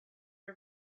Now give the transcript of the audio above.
her